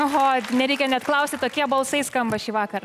oho nereikia net klausti tokie balsai skamba šįvakar